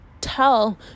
tell